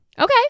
Okay